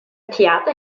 theater